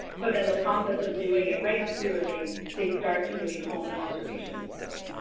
but then the process of doing it regularly, they start to really hone observational skills.